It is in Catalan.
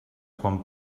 quan